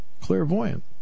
Clairvoyant